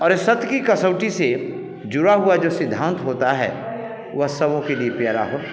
और सत्य की कसौटी से जुड़ा हुआ जो सिद्धांत होता है वह सब के लिए प्यारा हो